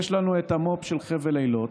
יש לנו המו"פ של חבל אילות,